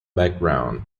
background